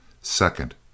Second